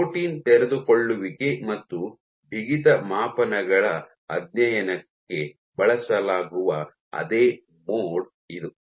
protein ತೆರೆದುಕೊಳ್ಳುವಿಕೆ ಮತ್ತು ಬಿಗಿತ ಮಾಪನಗಳ ಅಧ್ಯಯನಕ್ಕೆ ಬಳಸಲಾಗುವ ಅದೇ ಮೋಡ್ ಇದು